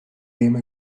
game